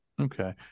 Okay